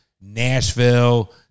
Nashville